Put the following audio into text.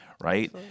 right